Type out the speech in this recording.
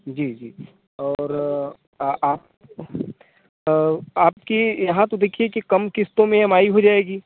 जी जी और आप आपके यहाँ तो देखिए कम किस्तों मे ई एम आई हो जाएगी